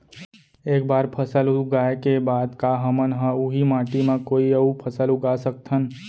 एक बार फसल उगाए के बाद का हमन ह, उही माटी मा कोई अऊ फसल उगा सकथन?